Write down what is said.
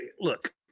Look